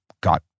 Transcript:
got